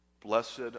Blessed